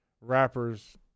rappers